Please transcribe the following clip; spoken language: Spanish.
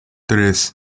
tres